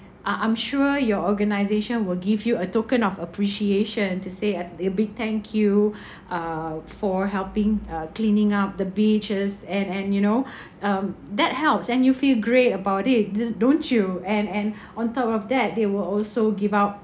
uh I I'm sure your organisation will give you a token of appreciation to say a a big thank you uh for helping uh cleaning up the beaches and and you know um that helps and you feel great about it d~ don't you and and on top of that they will also give out